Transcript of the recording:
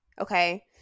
okay